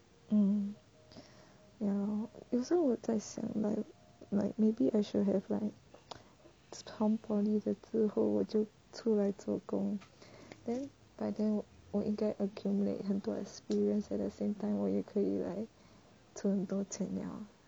um ya lor 有时候我在想 like maybe I should have like 从 poly 的之后我就出来做工 then by then 我我应该 accumulate 很多 experience at the same time 我也可以 like 存很多钱了